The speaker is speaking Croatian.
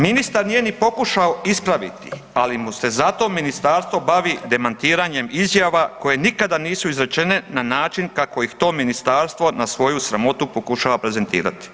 Ministar nije ni pokušao ispraviti, ali mu se zato ministarstvo bavi demantiranjem izjava koje nikada nisu izrečene, na način kako ih to ministarstvo na svoju sramotu pokušava prezentirati.